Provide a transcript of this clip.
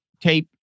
tape